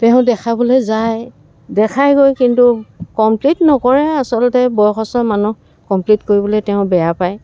তেওঁ দেখাবলৈ যায় দেখায়গৈ কিন্তু কমপ্লিট নকৰে আচলতে বয়সষ্ঠ মানুহ কমপ্লিট কৰিবলৈ তেওঁ বেয়া পায়